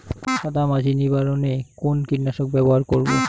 সাদা মাছি নিবারণ এ কোন কীটনাশক ব্যবহার করব?